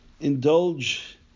indulge